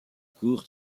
cour